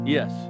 Yes